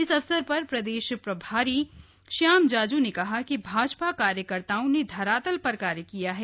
इस अवसर पर प्रदेश प्रभारी श्याम जाजू ने कहा कि भाजपा कार्यकर्ताओं ने धरातल पर कार्य किया है